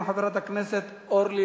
7405,